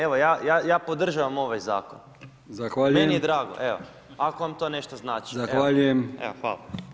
Evo ja podržavam ovaj zakon, meni je drago evo ako vam to nešto znači.